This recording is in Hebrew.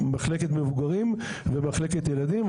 מחלקת מבוגרים ומחלקת ילדים.